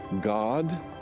God